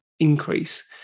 increase